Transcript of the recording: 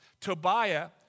Tobiah